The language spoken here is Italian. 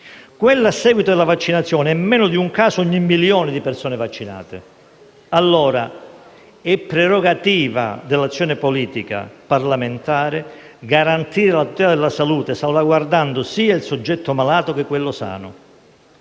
quello a seguito della vaccinazione è meno di un caso ogni milione di persone vaccinate. Allora, è prerogativa dell'azione politica e parlamentare garantire la tutela della salute, salvaguardando sia il soggetto malato che quello sano.